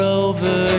over